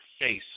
face